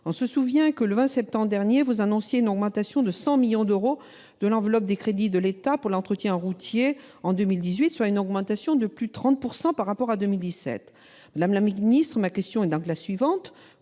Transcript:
On s'en souvient, le 20 septembre dernier, vous annonciez une augmentation de 100 millions d'euros de l'enveloppe des crédits de l'État affectés en 2018 à l'entretien des routes, soit une augmentation de plus de 30 % par rapport à 2017. Madame la ministre, ma question est la suivante